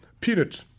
peanut